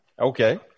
Okay